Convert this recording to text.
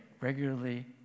regularly